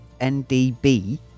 NDB